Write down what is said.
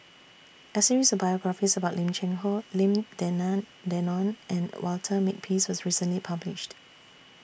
A series of biographies about Lim Cheng Hoe Lim Denan Denon and Walter Makepeace was recently published